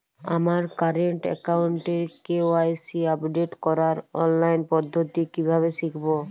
আমার কারেন্ট অ্যাকাউন্টের KYC update করার অনলাইন পদ্ধতি কীভাবে শিখব?